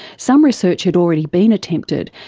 some research had already been attempted,